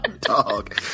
Dog